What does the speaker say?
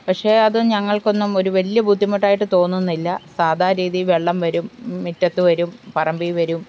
പക്ഷെ അത് ഞങ്ങൾക്കൊന്നും ഒരു വലിയ ബുദ്ധിമുട്ടായിട്ടു തോന്നുന്നില്ല സാധാ രീതി വെള്ളം വരും മുറ്റത്തു വരും പറമ്പിൽ വരും